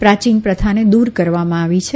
પ્રાચીન પ્રથાને દુર કરવામાં આવી છે